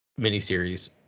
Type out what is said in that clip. miniseries